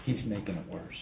he's making it worse